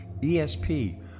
ESP